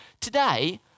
today